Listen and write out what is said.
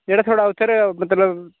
जेह्ड़ा थुआढ़ा उद्धर मतलब